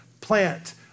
plant